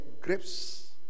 grapes